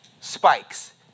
spikes